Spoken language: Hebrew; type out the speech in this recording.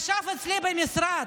ישב אצלי במשרד,